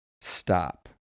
stop